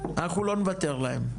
אנחנו לא נוותר להם.